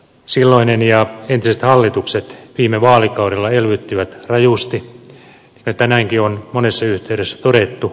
silloinen ja entiset hallitukset viime vaalikaudella elvyttivät rajusti ja tänäänkin on monessa yhteydessä todettu